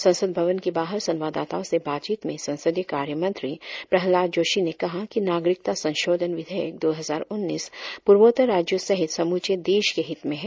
संसद भवन के बाहर संवाददाताओं से बातचीत में संसदीय कार्यमंत्री प्रहलाद जोशी ने कहा कि नागरिकता संशोधन विधेयक दो हजार उन्नीस पूर्वोत्तर राज्यों सहित समूचे देश के हित में है